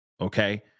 Okay